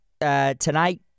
tonight